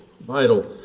vital